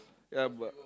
ya but